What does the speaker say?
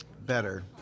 better